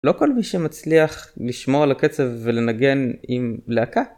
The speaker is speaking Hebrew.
לא כל מי שמצליח לשמור על הקצב ולנגן עם להקה